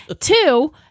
Two